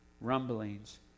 rumblings